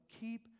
keep